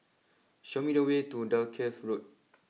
show me the way to Dalkeith Road